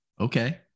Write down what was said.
Okay